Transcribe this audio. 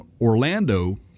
Orlando